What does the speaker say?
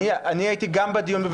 אני הייתי גם בדיון.